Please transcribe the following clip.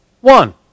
one